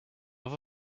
love